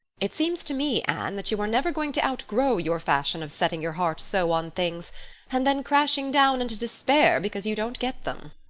it seems to me, anne, that you are never going to outgrow your fashion of setting your heart so on things and then crashing down into despair because you don't get them.